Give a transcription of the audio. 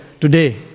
today